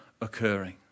occurring